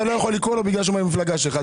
לא יכול לקרוא לו בגלל שהוא מהמפלגה שלך.